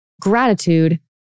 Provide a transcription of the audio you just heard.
gratitude